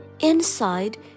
Inside